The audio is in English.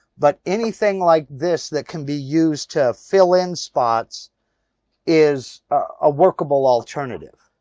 but anything like this that can be used to fill in spots is a workable alternative.